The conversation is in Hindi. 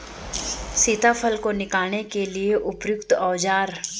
सीताफल को निकालने के लिए उपयुक्त औज़ार?